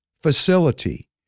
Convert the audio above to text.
facility